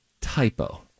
typo